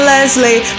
Leslie